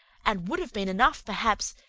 and would have been enough, perhaps,